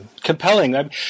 compelling